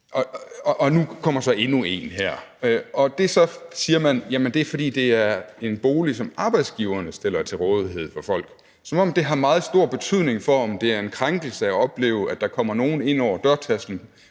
Og nu kommer der så endnu en undtagelse her. Og det er så, siger man, fordi det er en bolig, som arbejdsgiverne stiller til rådighed for folk; altså, som om det har meget stor betydning for, om det er en krænkelse at opleve, at der kommer nogen ind over dørtærsklen,